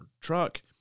truck